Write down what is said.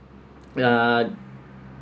uh